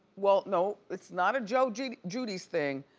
well no, it's not a joe joe giudice thing.